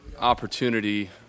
opportunity